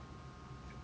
so